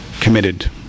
committed